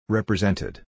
Represented